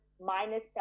minus